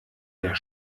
der